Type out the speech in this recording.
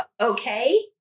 Okay